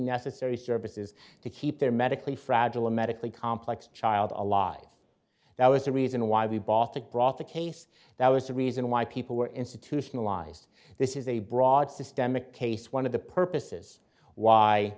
necessary services to keep their medically fragile medically complex child alive now is the reason why we bought it brought the case that was the reason why people were institutionalized this is a broad systemic case one of the purposes why